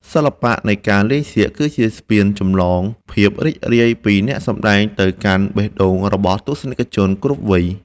សិល្បៈនៃការលេងសៀកគឺជាស្ពានចម្លងភាពរីករាយពីអ្នកសម្តែងទៅកាន់បេះដូងរបស់ទស្សនិកជនគ្រប់វ័យ។